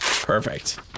perfect